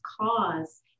cause